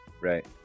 Right